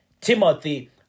Timothy